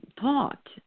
taught